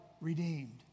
redeemed